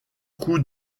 coup